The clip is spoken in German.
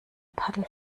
paddel